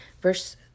Verse